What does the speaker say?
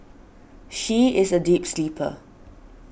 she is a deep sleeper